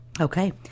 Okay